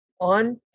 on